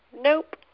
nope